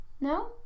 No